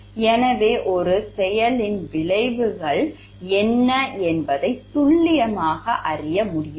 பொதுவாக ஒரு செயலின் விளைவுகள் என்ன என்பதைத் துல்லியமாக அறிய முடியாது